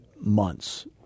months